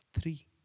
three